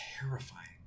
terrifying